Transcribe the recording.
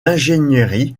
ingénierie